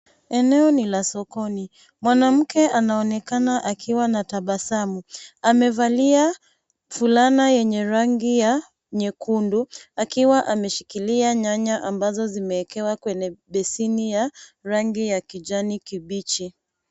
Eneo ni la sokoni, mwanamke anaonekana akiwa na tabasamu amevalia fulana yenye rangi ya nyekundu akiwa ameshikilia nyanya ambazo zimeekewa kwenye beseni ya rangi ya kijani kibichi.